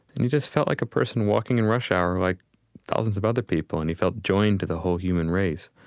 and he just felt like a person walking in rush hour like thousands of other people, and he felt joined to the whole human race.